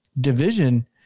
division